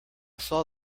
saw